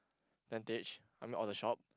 tentage I mean of the shop